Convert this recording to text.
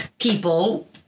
people